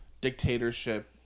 dictatorship